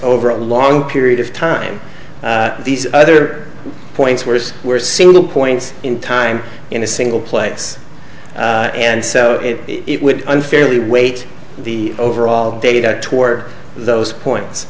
over a long period of time these other points worse were single point in time in a single place and so it would unfairly weight the overall data toward those points